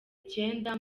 icyenda